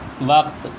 وقت